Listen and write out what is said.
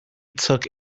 took